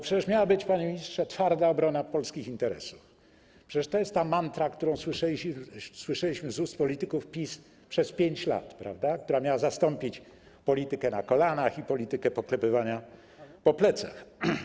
Przecież miała być, panie ministrze, twarda obrona polskich interesów - przecież to jest ta mantra, którą słyszeliśmy z ust polityków PiS przez 5 lat - która miała zastąpić politykę prowadzoną na kolanach i politykę poklepywania po plecach.